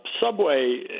Subway